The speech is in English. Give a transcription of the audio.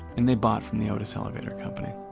and they bought from the otis elevator company